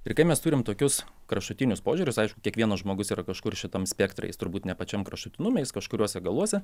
ir kai mes turim tokius kraštutinius požiūrius aišku kiekvienas žmogus yra kažkur šitam spektre jis turbūt ne pačiam kraštutinume jis kažkuriuose galuose